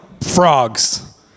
frogs